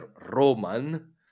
Roman